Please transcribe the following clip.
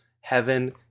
heaven